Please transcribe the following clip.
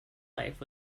life